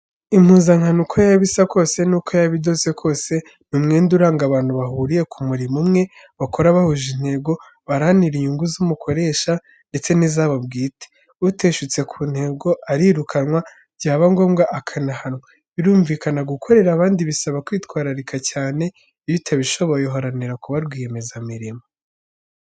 Impuzankano uko yaba isa kose, nuko yaba idoze kose, ni umwenda uranga abantu bahuriye ku murimo umwe, bakora bahuje intego, baharanira inyungu z'umukoresha ndetse n'izabo bwite. Uteshutse ku ntego arirukanwa byaba ngombwa akanahanwa, birumvikana gukorera abandi bisaba kwitwararika cyane, iyo utabishoboye uharanira kuba rwiyemezamirimo.